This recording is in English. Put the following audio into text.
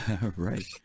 Right